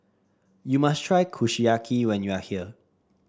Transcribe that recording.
you must try Kushiyaki when you are here